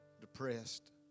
depressed